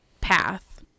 path